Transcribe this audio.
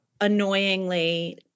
annoyingly